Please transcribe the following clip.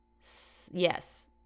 yes